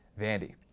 Vandy